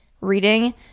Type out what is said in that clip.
reading